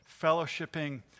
fellowshipping